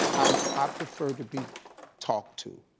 i prefer to be talked to.